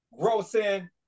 grossing